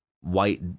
white